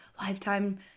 lifetime